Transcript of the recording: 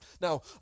Now